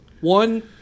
One